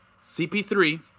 CP3